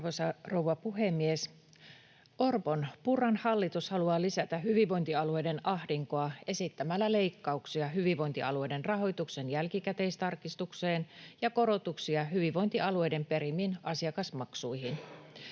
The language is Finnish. Arvoisa rouva puhemies! Orpon—Purran hallitus haluaa lisätä hyvinvointialueiden ahdinkoa esittämällä leikkauksia hyvinvointialueiden rahoituksen jälkikäteistarkistukseen ja korotuksia hyvinvointialueiden perimiin asiakasmaksuihin.